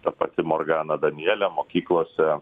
ta pati morgana danielė mokyklose